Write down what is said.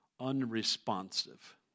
unresponsive